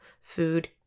food